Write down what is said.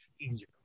easier